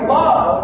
love